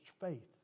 faith